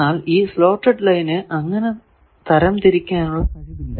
എന്നാൽ ഈ സ്ലോട്ടഡ് ലൈനിനു അങ്ങനെ തരം തിരിക്കാനുള്ള കഴിവില്ല